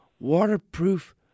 waterproof